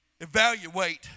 evaluate